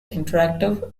interactive